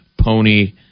Pony